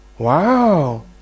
Wow